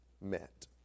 met